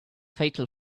fatal